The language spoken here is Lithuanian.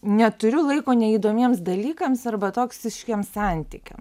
neturiu laiko neįdomiems dalykams arba toksiškiems santykiams